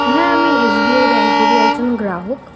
হ্যাঁ আমি এসবিআই ব্যাংকেরই একজন গ্রাহক